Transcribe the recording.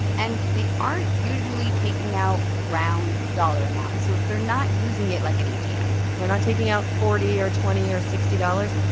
and they aren't usually taking out round dollar amounts. so they're not using it like an atm they're not taking out forty or twenty or sixty dollars.